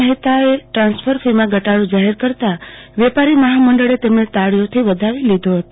મહેતાએ transfer free માં ઘટાડો જાહેર કરતા વેપારી મહામંડળ તેને તાળીઓથી વધાવી લીધો હતો